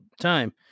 time